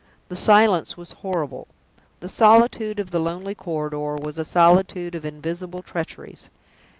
the silence was horrible the solitude of the lonely corridor was a solitude of invisible treacheries.